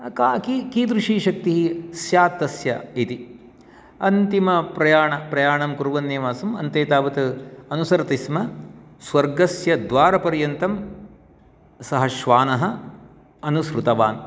का किदृशी शक्तिः स्यात् तस्य इति अन्तिमप्रयाणं प्रयाणं कुर्वन्नेव आसम् अन्ते तावत् अनुसरति स्म स्वर्गस्य द्वारपर्यन्तं सः श्वानः अनुसृतवान्